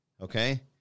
Okay